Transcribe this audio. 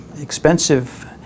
expensive